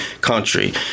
country